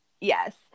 Yes